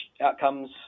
outcomes